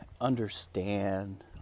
understand